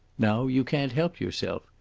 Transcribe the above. now you can't help yourself.